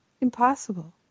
impossible